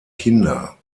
kinder